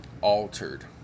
altered